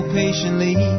patiently